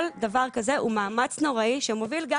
כל דבר כזה הוא מאמץ נוראי שמוביל גם